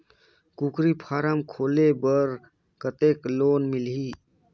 कूकरी फारम खोले बर कतेक लोन मिलही?